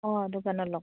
অঁ দোকানত লগ পাব